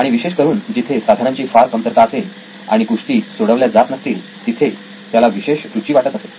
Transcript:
आणि विशेष करून जिथे साधनांची फार कमतरता असेल आणि गोष्टी सोडवल्या जात नसतील तिथे त्याला विशेष रुची वाटत असे